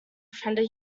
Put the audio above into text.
friend